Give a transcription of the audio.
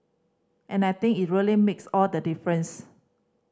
and I think is really makes all the difference